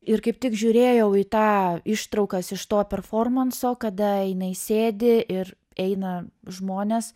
ir kaip tik žiūrėjau į tą ištraukas iš to performanso kada jinai sėdi ir eina žmonės